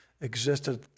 existed